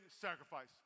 sacrifice